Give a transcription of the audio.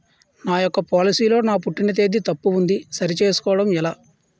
నా యెక్క పోలసీ లో నా పుట్టిన తేదీ తప్పు ఉంది సరి చేసుకోవడం ఎలా?